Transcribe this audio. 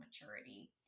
maturity